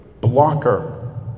blocker